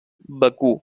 bakú